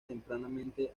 tempranamente